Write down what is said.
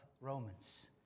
Romans